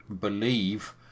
believe